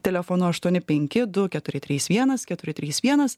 telefonu aštuoni penki du keturi trys vienas keturi trys vienas